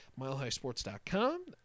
milehighsports.com